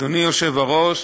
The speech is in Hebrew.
אדוני היושב-ראש,